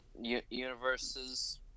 universes